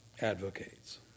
advocates